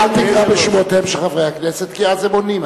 אל תקרא בשמותיהם של חברי הכנסת כי אז הם עונים,